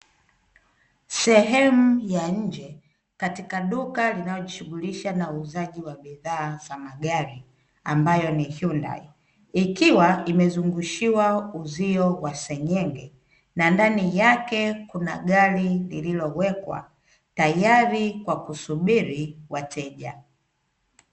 Sehemu ya nje katika duka linalojishughulisha na uuzaji wa bidhaa za magari, ambayo ni "hyundai" ikiwa imezungushwa uzio wa senyenge, na ndani yake kuna gari lililowekwa tayari kwa kusubiri wateja.